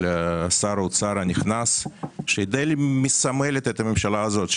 שר האוצר הנכנס שהיא דיי מסמלת את הממשלה הזאת,